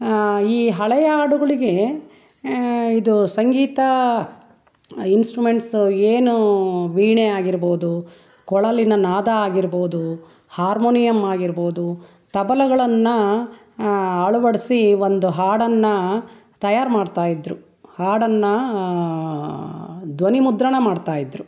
ಈ ಹಳೆಯ ಹಾಡುಗಳಿಗೆ ಇದು ಸಂಗೀತ ಇನ್ಸ್ಟ್ರುಮೆಂಟ್ಸು ಏನು ವೀಣೆ ಆಗಿರ್ಬೋದು ಕೊಳಲಿನ ನಾದ ಆಗಿರ್ಬೊದು ಹಾರ್ಮೋನಿಯಮ್ ಆಗಿರ್ಬೋದು ತಬಲಗಳನ್ನು ಅಳವಡಿಸಿ ಒಂದು ಹಾಡನ್ನು ತಯಾರಿ ಮಾಡ್ತಾಯಿದ್ರು ಹಾಡನ್ನು ಧ್ವನಿಮುದ್ರಣ ಮಾಡ್ತಾಯಿದ್ರು